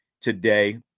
today